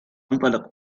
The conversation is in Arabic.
ستنطلق